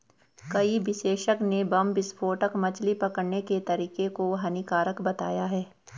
कई विशेषज्ञ ने बम विस्फोटक मछली पकड़ने के तरीके को हानिकारक बताया है